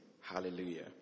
hallelujah